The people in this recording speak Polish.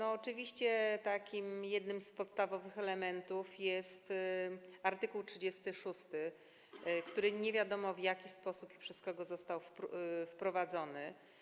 Oczywiście jednym z podstawowych elementów jest art. 36, który nie wiadomo, w jaki sposób i przez kogo został wprowadzony.